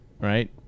Right